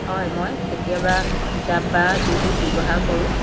হয় মই কেতিয়াবা কিতাপ বা ইউটিউব ব্যৱহাৰ কৰোঁ